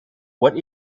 what